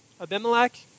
Abimelech